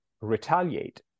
retaliate